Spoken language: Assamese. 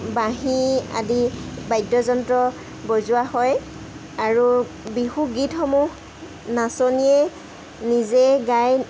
বাঁহী আদি বাদ্যযন্ত্ৰ বজোৱা হয় আৰু বিহু গীতসমূহ নাচনীয়ে নিজে গাই